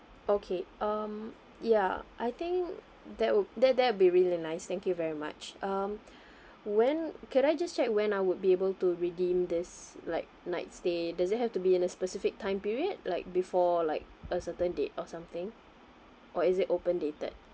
okay um ya I think that wou~ that that would be really nice thank you very much um when could I just check when I would be able to redeem this like night stay does it have to be in a specific time period like before like a certain date or something or is it open dated